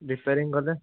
repairing କଲେ